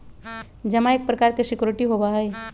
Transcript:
जमा एक प्रकार के सिक्योरिटी होबा हई